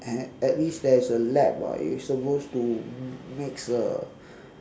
at least there is a lab [what] you supposed to mix the